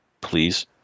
please